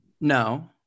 No